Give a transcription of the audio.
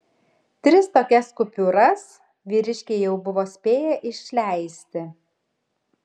tris tokias kupiūras vyriškiai jau buvo spėję išleisti